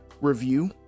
review